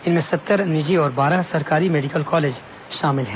इनमें सत्तर निजी और बारह सरकारी मेडिकल कॉलेज शामिल हैं